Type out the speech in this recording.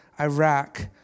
Iraq